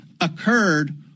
occurred